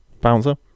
bouncer